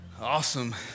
Awesome